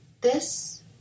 This